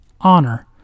honor